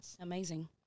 Amazing